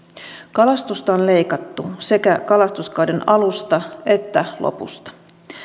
kalastusta on leikattu sekä kalastuskauden alusta että lopusta